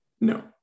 No